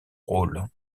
rôle